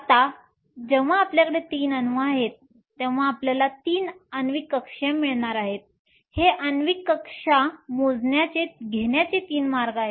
आता जेव्हा आपल्याकडे 3 अणू आहेत तेव्हा आपल्याला 3 आण्विक कक्षीय मिळणार आहेत हे आण्विक कक्षा घेण्याचे 3 मार्ग आहेत